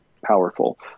powerful